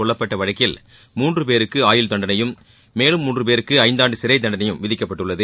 கொல்லப்பட்ட வழக்கில் மூன்று பேருக்கு ஆயுள் தண்டளையும் மேலும் மூன்று பேருக்கு ஐந்தாண்டு சிறை தண்டனையும் விதிக்கப்பட்டுள்ளது